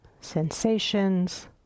sensations